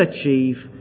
achieve